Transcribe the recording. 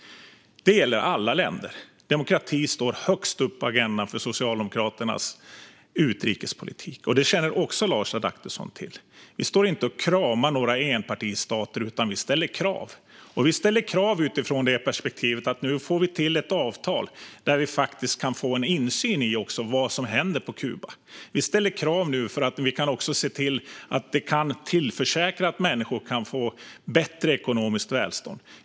Det gäller alla länder. Demokrati står högst upp på agendan för Socialdemokraternas utrikespolitik. Det känner Lars Adaktusson också till. Vi kramar inte några enpartistater, utan vi ställer krav. Här ställer vi krav utifrån det perspektivet att vi nu får till ett avtal som ger oss insyn i vad som händer på Kuba. Vi ställer krav för att tillförsäkra att människor får bättre ekonomiskt välstånd.